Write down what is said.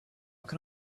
can